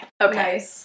Okay